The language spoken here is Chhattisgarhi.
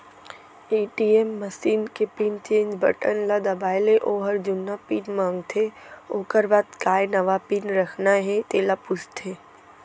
ए.टी.एम मसीन के पिन चेंज बटन ल दबाए ले ओहर जुन्ना पिन मांगथे ओकर बाद काय नवा पिन रखना हे तेला पूछथे